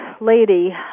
lady